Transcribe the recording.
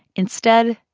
instead,